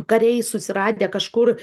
kariai susiradę kažkur